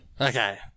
Okay